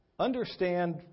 Understand